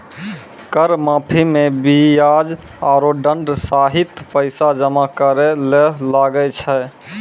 कर माफी मे बियाज आरो दंड सहित पैसा जमा करे ले लागै छै